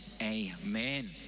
amen